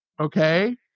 Okay